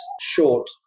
short